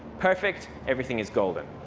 perfect. everything is golden.